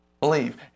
Believe